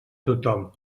tothom